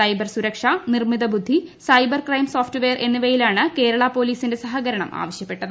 cyber സുരക്ഷ നിർമ്മിത ബുദ്ധി സൈബർ ക്രൈം സോഫ്റ്റ് വെയർ എന്നിവയിലാണ് കേരള പോലീസിന്റെ സഹകരണം ആവശ്യപ്പെട്ടത്